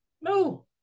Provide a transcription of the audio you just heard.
no